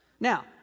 Now